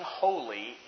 holy